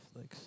Netflix